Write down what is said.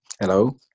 hello